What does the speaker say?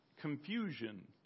confusion